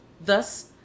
Thus